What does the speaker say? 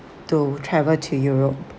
to travel to europe